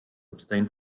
abstain